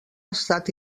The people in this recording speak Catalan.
estat